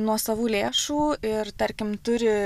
nuosavų lėšų ir tarkim turi